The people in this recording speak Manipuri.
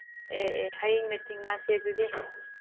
ꯑꯦ ꯑꯦ ꯍꯌꯦꯡꯅ ꯊꯦꯡꯅꯁꯦ ꯑꯗꯨꯗꯤ